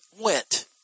went